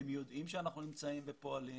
הם יודעים שאנחנו נמצאים ופועלים